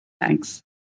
thanks